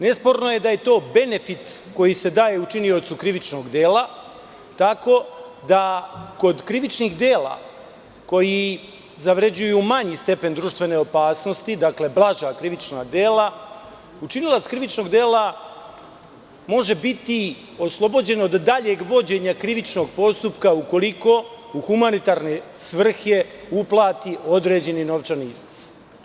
Nesporno je da je to benefit koji se daje učiniocu krivičnog dela, tako da kod krivičnih dela koja zavređuju manji stepen društvene opasnosti, blaža krivična dela, učinilac krivičnog dela može biti oslobođen od daljeg vođenja krivičnog postupka ukoliko u humanitarne svrhe uplati određeni novčani iznos.